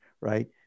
right